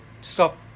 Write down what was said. stop